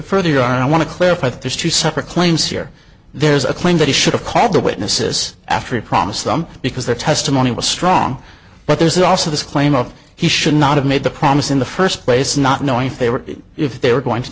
further i want to clarify that there's two separate claims here there's a claim that he should have called the witnesses after he promised them because their testimony was strong but there's also this claim of he should not have made the promise in the first place not knowing if they were if they were going to